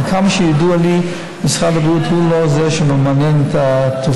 אבל עד כמה שידוע לי משרד הבריאות הוא לא זה שמממן את התרופות,